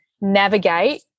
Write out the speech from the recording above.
navigate